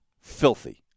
filthy